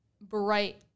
bright